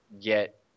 get